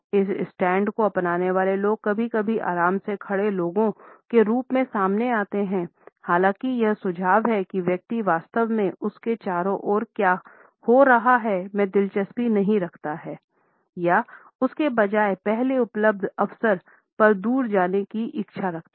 इस स्टैंड को अपनाने वाले लोग कभी कभी आराम से खड़े लोगों के रूप में सामने आते हैं हालाँकि यह सुझाव है कि व्यक्ति वास्तव में उसके चारों ओर क्या हो रहा है में दिलचस्पी नहीं रखता है या उसके बजाय पहले उपलब्ध अवसर पर दूर जाने की इच्छा रखता है